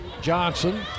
Johnson